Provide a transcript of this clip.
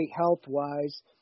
health-wise